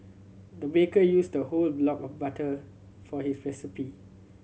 the baker used the whole block of butter for his recipe